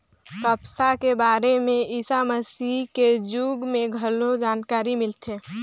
कपसा के बारे में ईसा मसीह के जुग में घलो जानकारी मिलथे